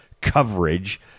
coverage